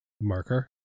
marker